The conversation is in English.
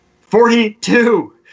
Forty-two